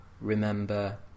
remember